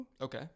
Okay